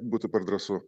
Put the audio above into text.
būtų per drąsu